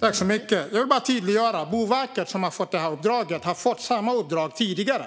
Fru talman! Jag vill bara tydliggöra att Boverket, som har fått det här uppdraget, har fått samma uppdrag tidigare.